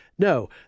No